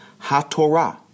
HaTorah